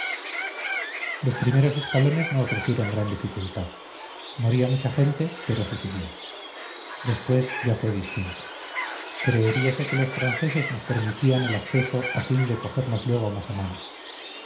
los primeros escalones no ofrecieron gran dificultad moría mucha gente pero se subía después ya fue distinto creeríase que los franceses nos permitían el ascenso a fin de cogernos luego más a mano